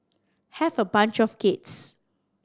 have a bunch of kids